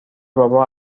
بابا